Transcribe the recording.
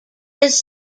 his